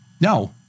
No